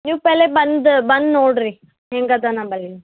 ನೀವು ಪೆಹ್ಲೆ ಬಂದು ಬಂದು ನೋಡ್ರಿ ಹೆಂಗೆ ಅದ ನಮ್ಮಲ್ಲಿ